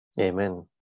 Amen